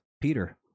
Peter